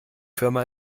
firma